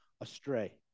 astray